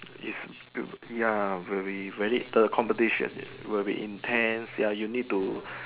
is ya very very the competition will be intense ya you need to